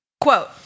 Quote